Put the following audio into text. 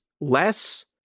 less